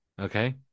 okay